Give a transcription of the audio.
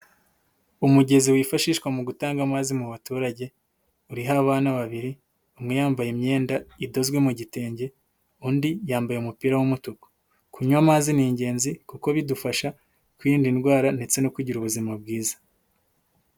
Umugezi wifashishwa mu gutanga amazi mu baturage, uriho abana babiri, umwe yambaye imyenda idozwe mu gitenge, undi yambaye umupira w'umutuku, kunywa amazi ni ingenzi kuko bidufasha kwirinda indwara ndetse no kugira ubuzima bwiza.